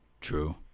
True